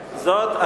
זאת,